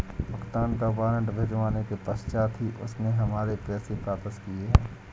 भुगतान का वारंट भिजवाने के पश्चात ही उसने हमारे पैसे वापिस किया हैं